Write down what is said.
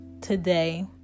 Today